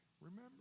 remember